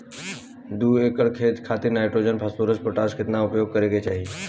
दू एकड़ खेत खातिर नाइट्रोजन फास्फोरस पोटाश केतना उपयोग करे के चाहीं?